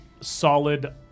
solid